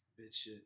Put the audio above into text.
Bitch